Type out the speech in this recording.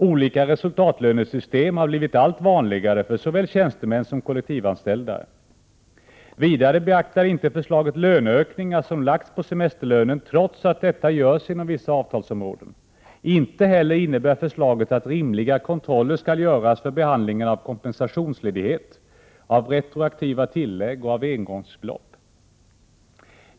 Olika resultatlönesystem har blivit allt vanligare för såväl tjänstemän som kollek — Prot. 1988/89:105 tivanställda. Vidare beaktar förslaget inte löneökningar som lagts på 27 april 1989 semesterlönen, trots att detta görs inom vissa avtalsområden. Inte heller innebär förslaget att rimliga kontroller skall göras för behandlingen av kompensationsledighet, av retroaktiva tillägg och av engångsbelopp.